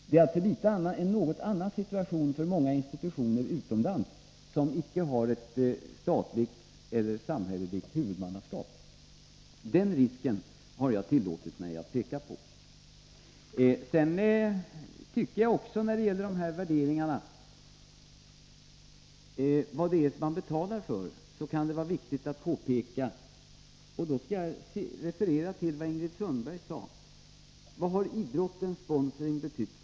Detta är en något annorlunda situation än för många institutioner utomlands, som inte har statligt eller samhälleligt huvudmannaskap. Den här risken har jag tillåtit mig att peka på. I fråga om vad det är man betalar för vill jag också göra ett påpekande, och jag skall referera till Ingrid Sundberg. Hon frågade: Vad har idrottens sponsring betytt?